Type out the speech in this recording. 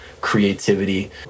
creativity